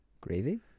Gravy